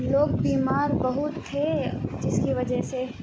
لوگ بیمار بہت تھے جس کی وجہ سے